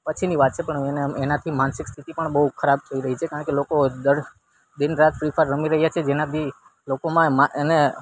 પછીની વાત છે પણ એનાથી માનસિક સ્થિતિ પણ બહુ ખરાબ થઈ રઈ છે કારણ કે લોકો દર દિન રાત ફ્રી ફાયર રમી રહ્યાં છે જેનાથી લોકોમાં એને